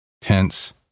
tense